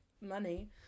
money